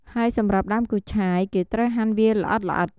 ហើយសម្រាប់ដើមគូឆាយ គេត្រូវហាន់វាល្អិតៗ។